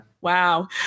Wow